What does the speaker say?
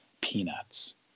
Peanuts